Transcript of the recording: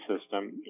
system